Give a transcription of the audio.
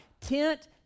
Tent